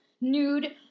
nude